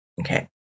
Okay